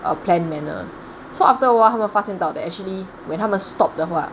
or planned manner so after awhile 他们发现到 that actually when 他们 stopped 的话